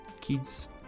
Kids